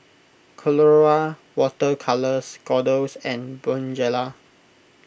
Colora Water Colours Kordel's and Bonjela